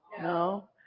No